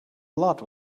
lot